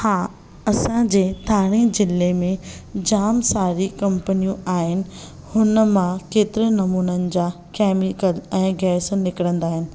हा असांजे ठाणे जिले में जाम सारी कंपनियूं आहिनि हुनमां केतिरे नमूननि जा केमिकल ऐं गैस निकिरंदा आहिनि